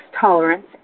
tolerance